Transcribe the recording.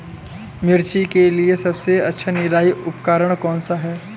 मिर्च के लिए सबसे अच्छा निराई उपकरण कौनसा है?